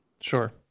Sure